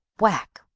whack,